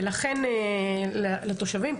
ולכן לתושבים,